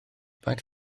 faint